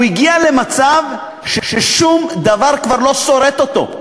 הוא הגיע למצב ששום דבר כבר לא סורט אותו.